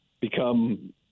become